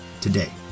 today